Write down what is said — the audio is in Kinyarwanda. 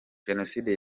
jenoside